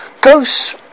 Ghosts